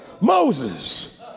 Moses